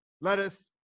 lettuce